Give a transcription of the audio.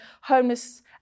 homeless